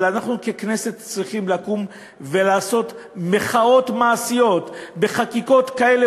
אבל אנחנו ככנסת צריכים לקום ולעשות מחאות מעשיות בחקיקות כאלה